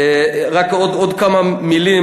השר, רק עוד כמה מילים.